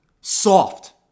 soft